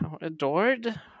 adored